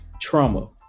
Trauma